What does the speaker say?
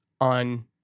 on